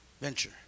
Venture